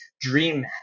dream